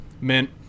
Mint